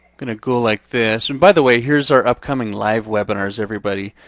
gonna go like this, and by the way here's our upcoming live webinars everybody.